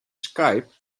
skype